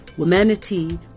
Humanity